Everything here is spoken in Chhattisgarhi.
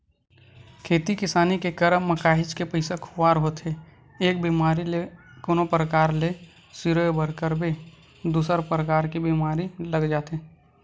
खेती किसानी के करब म काहेच के पइसा खुवार होथे एक बेमारी ल कोनो परकार ले सिरोय बर करबे दूसर परकार के बीमारी लग जाथे